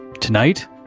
Tonight